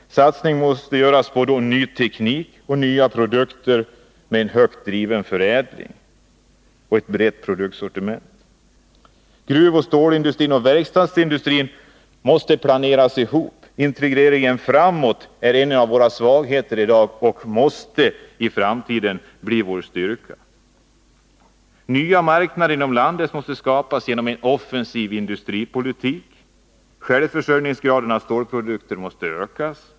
Satsningen måste göras på ny teknik och nya produkter med en högt driven förädling och ett brett produktsortiment. Gruvoch stålindustrin samt verkstadsindustrin måste planeras ihop. Integrering är en av dagens svagheter, som i framtiden måste bli vår styrka. Nya marknader inom landet måste skapas genom en offensiv industripolitik. Självförsörjningsgraden för stålprodukter måste ökas.